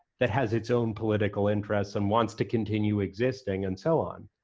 that has its own political interests and wants to continue existing and so on.